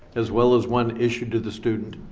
as well as one issued to the student?